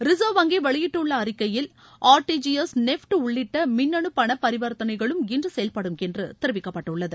reserve வங்கி வெளியிட்டுள்ள அறிக்கையில் ஆர்டிஜிஎஸ் என்ஈஎஃப்டி உள்ளிட்ட மின்னணு பண பரிவர்த்தனைகளும் இன்று செயல்படும் என்று தெரிவிக்கப்பட்டுள்ளது